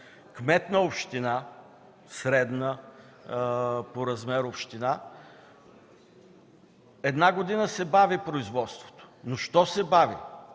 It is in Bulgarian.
Кмет на средна по размер община – една година се бави производството. Защо се бави?